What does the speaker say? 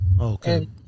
Okay